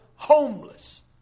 homeless